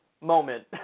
moment